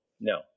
no